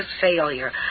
failure